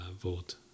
vote